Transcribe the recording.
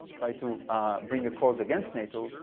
tried to bring a course against nato,